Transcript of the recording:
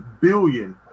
billion